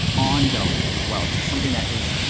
ongoing as well, this is something that is,